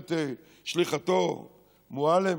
ואומרת שליחתו מועלם,